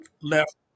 left